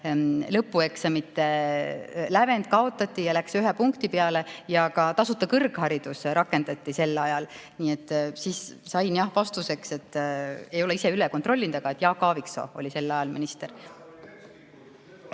lõpueksamite lävend kaotati ja see läks ühe punkti peale, ka tasuta kõrgharidust rakendati sel ajal. Siis sain vastuseks – ei ole ise üle kontrollinud –, et Jaak Aaviksoo oli sel ajal minister.